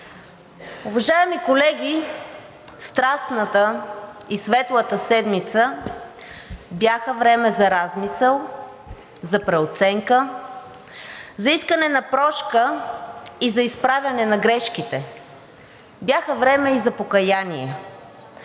Уважаеми колеги, Страстната и Светлата седмица бяха време за размисъл, за преоценка, за искане на прошка и за изправяне на грешките, бяха време и за покаяние.